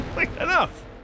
Enough